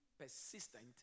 persistent